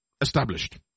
established